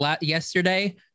yesterday